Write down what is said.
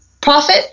profit